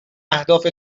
اهداف